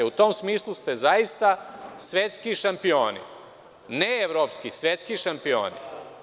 U tom smislu ste zaista svetski šampioni, ne evropski, svetski šampioni.